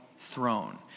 throne